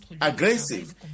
aggressive